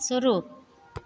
शुरू